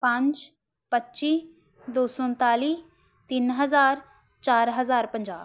ਪੰਜ ਪੱਚੀ ਦੋ ਸੌ ਉਨਤਾਲੀ ਤਿੰਨ ਹਜ਼ਾਰ ਚਾਰ ਹਜ਼ਾਰ ਪੰਜਾਹ